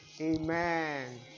Amen